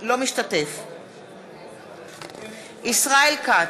אינו משתתף בהצבעה ישראל כץ,